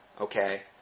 okay